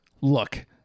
Look